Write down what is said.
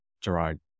Gerard